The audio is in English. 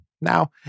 now